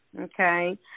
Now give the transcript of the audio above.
okay